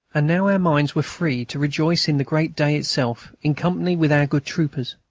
and now our minds were free to rejoice in the great day itself in company with our good troopers.